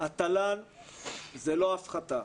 התל"ן הוא לא הפחתה.